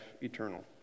eternal